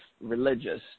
religious